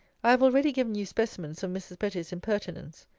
i have already given you specimens of mrs. betty's impertinence.